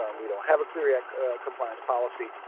um we don't have a clery act compliance policy.